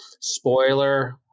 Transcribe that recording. spoiler